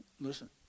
listen